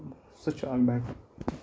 سُہ چھُ